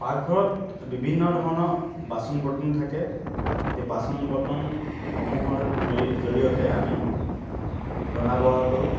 পাকঘৰত বিভিন্ন ধৰণৰ বাচন বৰ্তন থাকে সেই বাচন বৰ্তনসমূহৰ জ জৰিয়তে আমি ৰন্ধা বঢ়া কৰোঁ